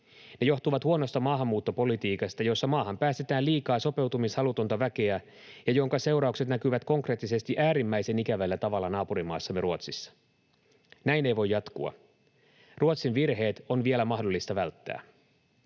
Ne johtuvat huonosta maahanmuuttopolitiikasta, jossa maahan päästetään liikaa sopeutumishalutonta väkeä ja jonka seuraukset näkyvät konkreettisesti äärimmäisen ikävällä tavalla naapurimaassamme Ruotsissa. Näin ei voi jatkua. Ruotsin virheet on vielä mahdollista välttää.